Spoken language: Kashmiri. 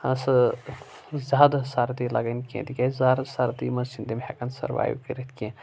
سٔہ زیادٕ سردی لَگٕنۍ کینٛہہ تِکیازِ زیادٕ سردی منٛز چھِنہٕ تِم ہٮ۪کَان سٔروایِو کٔرِتھ کینٛہہ